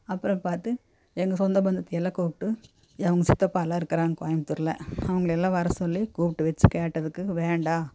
அப்புறம் பார்த்து எங்கள் சொந்த பந்தத்தையெல்லாம் கூப்பிட்டு அவங்க சித்தப்பாலாம் இருக்கிறாங்க கோயம்பத்தூர்ல அவங்களயெல்லாம் வர சொல்லி கூப்பிட்டு வச்சு கேட்டதுக்கு வேண்டாம்